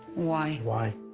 why? why?